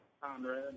Conrad